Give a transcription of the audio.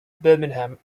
birmingham